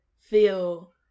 feel